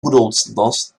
budoucnost